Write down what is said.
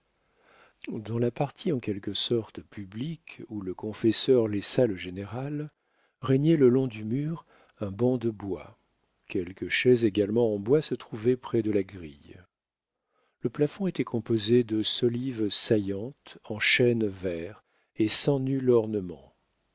dans la partie en quelque sorte publique où le confesseur laissa le général régnait le long du mur un banc de bois quelques chaises également en bois se trouvaient près de la grille le plafond était composé de solives saillantes en chêne vert et sans nul ornement